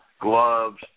gloves